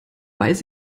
weiß